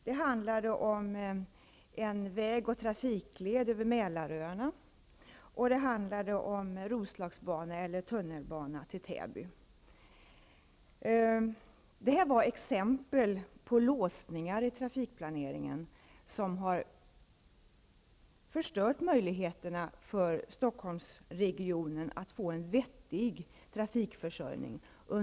Det handlade om en trafikled över Mälaröarna, om Roslagsbana eller tunnelbana till Täby. Det här var exempel på låsningar i trafikplaneringen som under många år förstört möjligheterna för Stockholmsregionen att få en vettig trafikförsörjning.